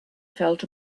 felt